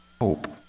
hope